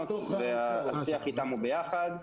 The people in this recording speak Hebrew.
והשיח איתם הוא ביחד.